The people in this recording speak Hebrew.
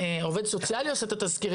כשעובד סוציאלי ממשרד הרווחה עושה את התסקירים,